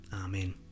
Amen